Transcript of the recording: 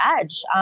edge